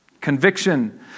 conviction